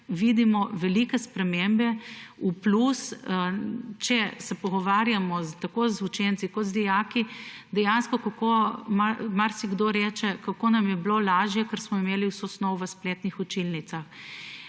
vidimo velike spremembe v plus, če se pogovarjamo tako z učenci kot z dijaki. Dejansko marsikdo reče: »Kako nam je bilo lažje, ker smo imeli vso snov v spletnih učilnicah!«